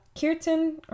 Kirtan